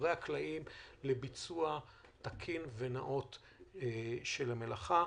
מאחורי הקלעים לביצוע תקין ונאות של המלאכה.